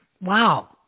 Wow